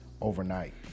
overnight